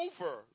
over